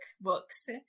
books